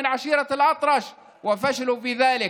ניסו להוציא אותנו מעשירת אל-אטרש ונכשלו בכך.